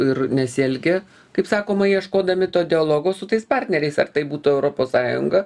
ir nesielgia kaip sakoma ieškodami to dialogo su tais partneriais ar tai būtų europos sąjunga